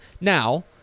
Now